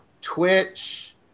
Twitch